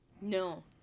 No